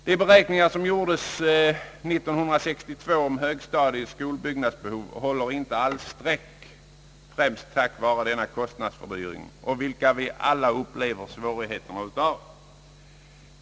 De beräkningar som gjordes 1962 om högstadiets skolbyggnadsbehov håller inte alls streck, främst på grund av den kostnadsfördyring som vi alla upplever svårigheterna av.